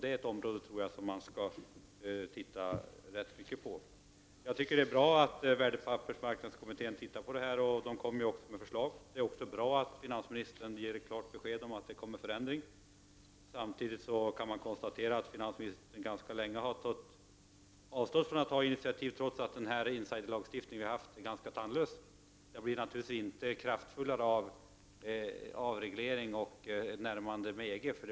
Det tror jag är ett område som borde ses över ordentligt. Jag tycker att det är bra att värdepappersmarknadskommittén ser över detta, och den kommer också att lägga fram förslag. Det är också bra att finansministern ger klart besked om att det kommer att ske en förändring. Samtidigt kan jag konstatera att finansministern ganska länge har avstått från att ta initiativ, trots att insiderlagstiftningen är ganska tandlös. Den blir naturligtvis inte mer kraftfull av avreglering och ett närmande till EG.